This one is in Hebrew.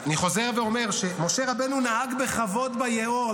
אני חוזר ואומר שמשה רבנו נהג בכבוד ביאור.